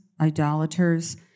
idolaters